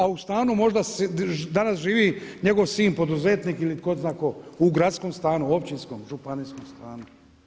A u stanu možda danas živi njegov sin poduzetnik ili tko zna tko, u gradskom stanu, općinskom, županijskom stanu.